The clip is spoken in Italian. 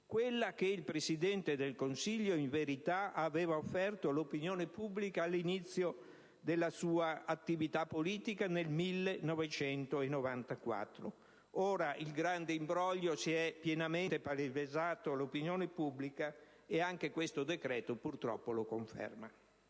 quella che il Presidente del Consiglio in verità aveva offerto all'opinione pubblica all'inizio della sua attività politica nel 1994. Ora il grande imbroglio si è pienamente palesato all'opinione pubblica, e anche questo decreto, purtroppo, lo conferma.